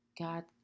God